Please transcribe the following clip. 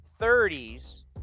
30s